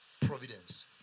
providence